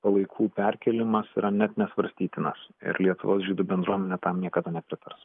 palaikų perkėlimas yra net nesvarstytinas ir lietuvos žydų bendruomenė tam niekada nepritars